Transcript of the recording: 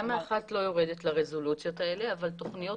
תמ"א 1 לא יורדת לרזולוציות האלה אבל תוכניות